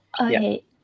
Okay